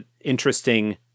interesting